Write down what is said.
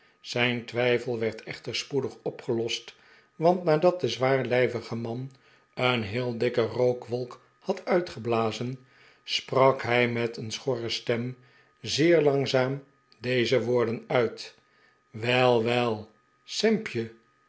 zijn twijfel werd echter spoedig opgelost want nadat de zwaarlijvige man een heel dikke rookwolk had uitgeblazen sprak hij met een schorre stem zeer langzaam deze woorden uit wel wel sampje